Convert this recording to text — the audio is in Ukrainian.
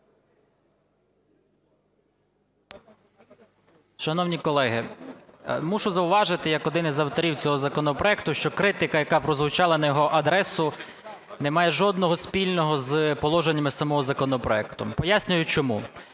Шановні колеги, мушу зауважити як один із авторів цього законопроекту, що критика, яка прозвучала на його адресу, немає жодного спільного з положеннями самого законопроекту. Пояснюю чому.